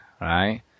right